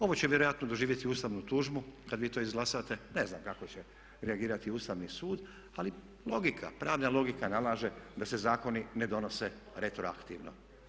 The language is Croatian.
Ovo će vjerojatno doživjeti ustavnu tužbu kada vi to izglasate, ne znam kako će reagirati Ustavni sud, ali logika, pravna logika nalaže da se zakoni ne donose retroaktivno.